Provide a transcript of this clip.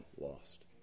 lost